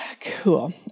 cool